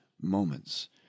moments